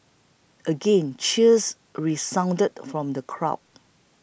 again cheers resounded from the crowd